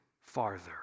farther